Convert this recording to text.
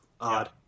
Odd